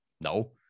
No